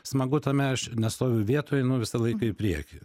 smagu tame aš nestoviu vietoj visą laiką į priekį